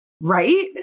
right